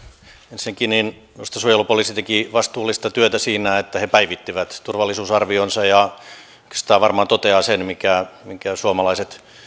ensinnäkin minusta suojelupoliisi teki vastuullista työtä siinä että he päivittivät turvallisuusarvionsa ja oikeastaan varmaan toteavat sen minkä suomalaiset